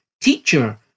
Teacher